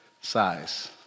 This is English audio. size